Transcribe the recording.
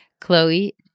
Chloe